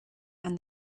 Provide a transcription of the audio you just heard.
and